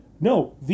No